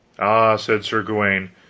ah, said sir gawaine,